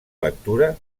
lectura